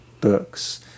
books